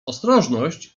ostrożność